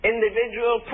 Individual